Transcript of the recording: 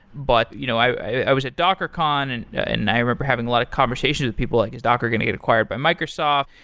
but you know i was at dockercon and and i remember having a lot of conversation with people like, is docker going to get acquired by microsoft?